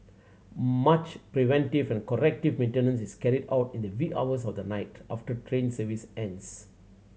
much preventive and corrective maintenance is carried out in the wee hours of the night after train service ends